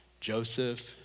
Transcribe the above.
Joseph